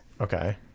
Okay